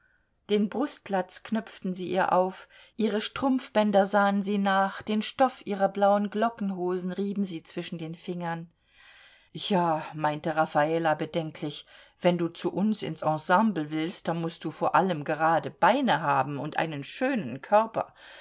den brustlatz knöpften sie ihr auf ihre strumpfbänder sahen sie nach den stoff ihrer blauen glockenhosen rieben sie zwischen den fingern ja meinte raffala bedenklich wenn du zu uns ins ensemble willst da mußt du vor allem gerade beine haben und einen schönen körper